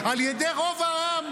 כאן במליאת הכנסת,